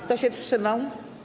Kto się wstrzymał?